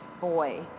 boy